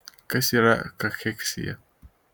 kas yra kacheksija